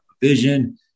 vision